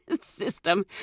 system